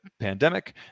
pandemic